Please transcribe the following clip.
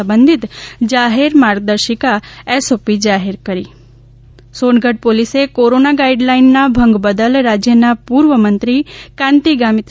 સંબધિત જાહેર માર્ગદર્શિકા એસઓપી જાહેર કરી સોનગઢ પોલીસે કોરોના ગાઇડલાઇનના ભંગ બદલ રાજયના પૂર્વ મંત્રી કાંતિ ગામીત